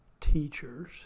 teachers